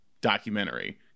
documentary